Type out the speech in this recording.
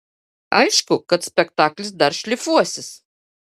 aišku kad spektaklis dar šlifuosis